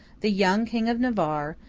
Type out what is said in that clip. the young king of navarre,